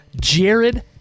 jared